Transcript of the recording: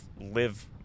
live